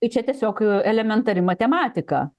tai čia tiesiog elementari matematika